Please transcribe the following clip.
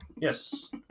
Yes